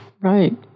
right